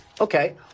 Okay